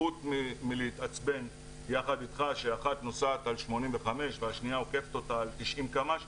חוץ מלהתעצבן יחד איתך שאחת נוסעת על 85 והשניה עוקפת אותה על 90 קמ"ש,